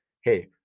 Hey